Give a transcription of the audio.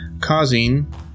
causing